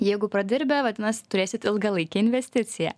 jeigu pradirbę vadinasi turėsit ilgalaikę investiciją